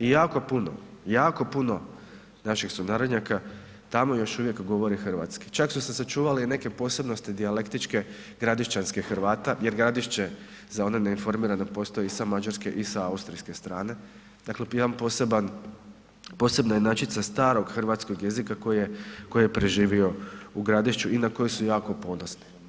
i jako puno, jako puno naših sunarodnjaka tamo još uvijek govore hrvatski, čak su se sačuvale i neke posebnosti dijalektičke gradišćanskih Hrvata, jer Gradišće za one neinformirane postoji i sa mađarske i sa austrijske strane, dakle jedan poseban, posebna inačica starog hrvatskog jezika koji je, koji je preživio u Gradišću i na koji su jako ponosni.